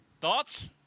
Thoughts